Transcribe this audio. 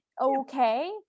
okay